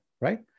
right